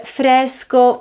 fresco